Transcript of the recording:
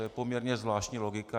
To je poměrně zvláštní logika.